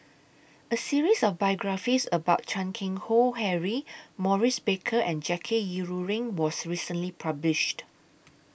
A series of biographies about Chan Keng Howe Harry Maurice Baker and Jackie Yi Ru Ying was recently published